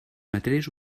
matèries